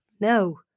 no